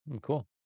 Cool